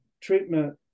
treatment